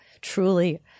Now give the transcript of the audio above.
truly